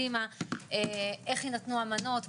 איך יינתנו המנות?